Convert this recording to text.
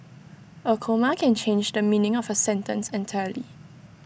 A comma can change the meaning of A sentence entirely